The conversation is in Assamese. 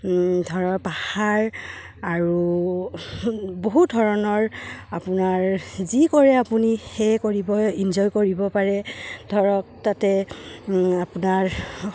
ধৰক পাহাৰ আৰু বহু ধৰণৰ আপোনাৰ যি কৰে আপুনি সেয়ে কৰিব ইনজয় কৰিব পাৰে ধৰক তাতে আপোনাৰ